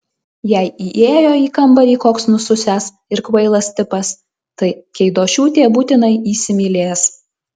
jei įėjo į kambarį koks nususęs ir kvailas tipas tai keidošiūtė būtinai įsimylės